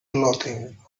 clothing